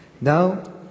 Now